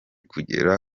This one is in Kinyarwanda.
kugera